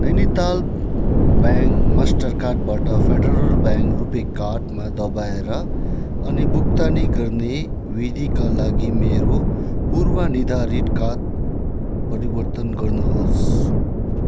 Nainital bank मास्टरकार्डबाट federal bank RuPay कार्डमा दबाएर अनि भुक्तानी गर्ने विधिका लागि मेरो पूर्वनिर्धारित कार्ड परिवर्तन गर्नुहोस्